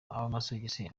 amasogisi